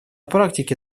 практике